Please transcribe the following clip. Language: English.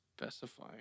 specify